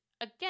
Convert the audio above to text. again